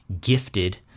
gifted